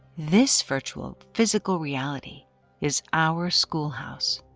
this virtual physical reality is our schoolhouse.